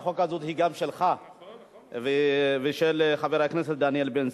אדוני חבר הכנסת מולה.